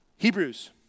Hebrews